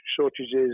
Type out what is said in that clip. shortages